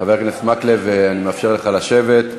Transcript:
חבר הכנסת מקלב, אני מאפשר לך לשבת.